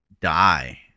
die